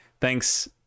Thanks